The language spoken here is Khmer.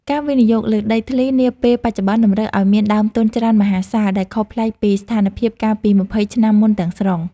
ការវិនិយោគលើដីធ្លីនាពេលបច្ចុប្បន្នតម្រូវឱ្យមានដើមទុនច្រើនមហាសាលដែលខុសប្លែកពីស្ថានភាពកាលពីម្ភៃឆ្នាំមុនទាំងស្រុង។